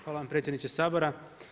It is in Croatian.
Hvala vam predsjedniče Sabora.